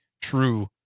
true